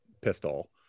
pistol